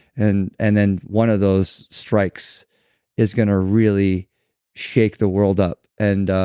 and and then one of those strikes is going to really shake the world up. and